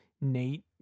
nate